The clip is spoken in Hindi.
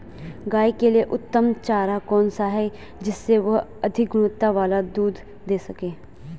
गाय के लिए उत्तम चारा कौन सा है जिससे वह अधिक गुणवत्ता वाला दूध दें सके?